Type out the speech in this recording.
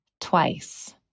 twice